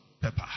Pepper